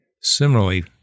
similarly